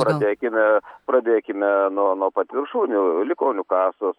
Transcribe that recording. pradėkime pradėkime nuo nuo pat viršūnių ligonių kasos